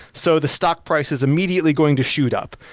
so the stock price is immediately going to shoot up.